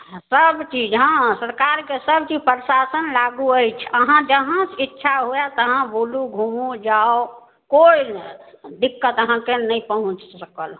सब चीज हँ हँ सरकार के सब चीज प्रशासन लागू अछि आहाँ जहाँ इच्छा हुए आहाँ बुलू घुमू जाउ कोइ दिक्कत आहाँके नहि पहुँच सकल हँ